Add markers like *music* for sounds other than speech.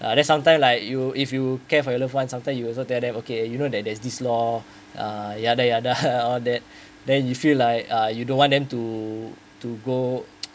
uh then sometimes like you if you care for your loved ones sometimes you also tell them okay you know there there's this law uh ya lah ya lah all that then you feel like you don't want them to to go *noise*